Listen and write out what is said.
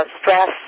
stress